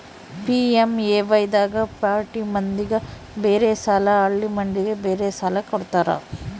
PMAY ದಾಗ ಪ್ಯಾಟಿ ಮಂದಿಗ ಬೇರೆ ಸಾಲ ಹಳ್ಳಿ ಮಂದಿಗೆ ಬೇರೆ ಸಾಲ ಕೊಡ್ತಾರ